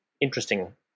interesting